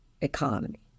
economy